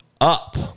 up